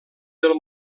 del